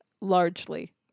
largely